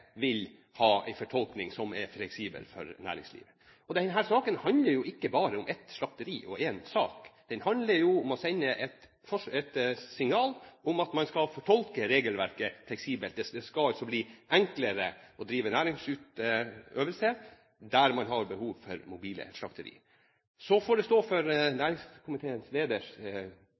vil ha en fortolkning som er fleksibel for næringslivet. Og denne saken handler jo ikke bare om ett slakteri og en sak, den handler om å sende et signal om at man skal fortolke regelverket fleksibelt. Det skal altså bli enklere å drive næringsutøvelse der man har behov for mobile slakterier. Så får næringskomiteens leder selv stå for